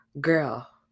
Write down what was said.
Girl